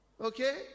Okay